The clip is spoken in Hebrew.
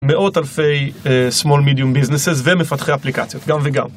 מאות אלפי small-medium businesses ומפתחי אפליקציות, גם וגם.